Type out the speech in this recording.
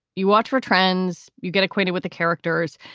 you watch for trends, you get acquainted with the characters,